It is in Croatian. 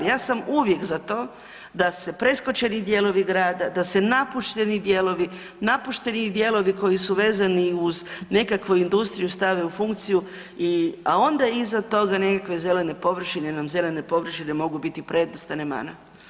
Ja sam uvijek za to da se preskočeni dijelovi grada, da se napušteni dijelovi, napušteni dijelovi koji su vezani uz nekakvu industriju stave u funkciju i, a onda iza toga nekakve zelene površine jer nam zelene površine mogu biti prednost, a ne mana.